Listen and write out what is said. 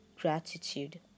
gratitude